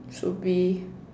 should be